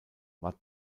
war